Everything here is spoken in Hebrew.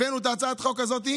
הבאנו את הצעת החוק הזאת,